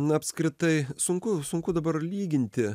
na apskritai sunku sunku dabar lyginti